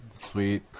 Sweet